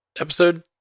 episode